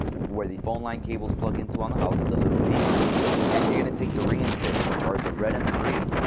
where the phone line cables plug into on the house, the little demark and you're going to take the ring and tip, which are the red and the green,